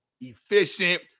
Efficient